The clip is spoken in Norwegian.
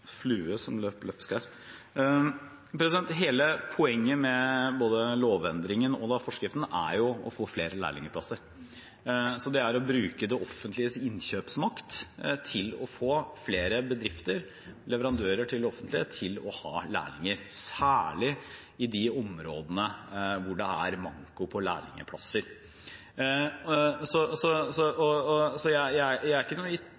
Hele poenget med både lovendringen og forskriften er jo å få flere lærlingplasser, det er å bruke det offentliges innkjøpsmakt til å få flere bedrifter, leverandører til det offentlige, til å ha lærlinger, særlig i de områdene hvor det er manko på lærlingplasser. Så jeg er ikke i tvil om at dette vil være en styrking sammenlignet med det nåværende regelverket, rett og